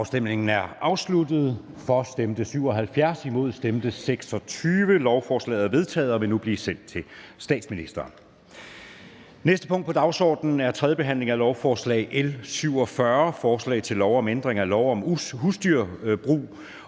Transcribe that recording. KF, DF og NB), hverken for eller imod stemte 0. Lovforslaget er vedtaget og vil nu blive sendt til statsministeren. --- Det næste punkt på dagsordenen er: 2) 3. behandling af lovforslag nr. L 47: Forslag til lov om ændring af lov om husdyrbrug